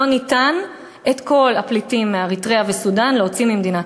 לא ניתן להוציא את כל הפליטים מאריתריאה וסודאן ממדינת ישראל.